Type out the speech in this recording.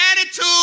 attitude